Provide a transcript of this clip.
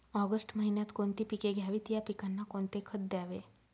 August महिन्यात कोणती पिके घ्यावीत? या पिकांना कोणते खत द्यावे?